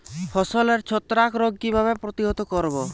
ফসলের ছত্রাক রোগ কিভাবে প্রতিহত করব?